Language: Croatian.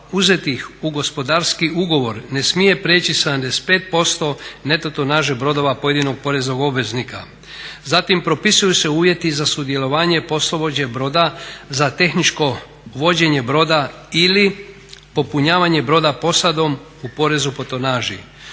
uzetih u gospodarski ugovor ne smije prijeći 75% neto tonaže brodova pojedinog poreznog obveznika. Zatim propisuju se uvjeti za sudjelovanje poslovođe broda za tehničko vođenje broda ili popunjavanje broda posadom u porezu po tonaži.